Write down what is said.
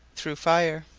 through fire